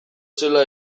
zela